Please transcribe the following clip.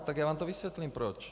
Já vám to vysvětlím, proč.